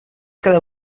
cada